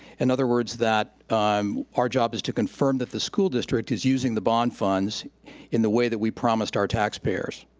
in other words, that um our job is to confirm that the school district is using the bond funds in the way that we promised our taxpayers.